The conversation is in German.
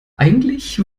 eigentlich